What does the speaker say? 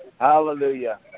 Hallelujah